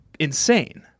insane